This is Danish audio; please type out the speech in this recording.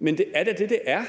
Men det er da det, det er.